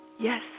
Yes